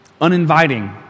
uninviting